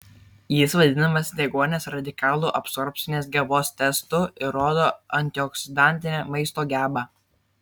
jis vadinamas deguonies radikalų absorbcinės gebos testu ir rodo antioksidantinę maisto gebą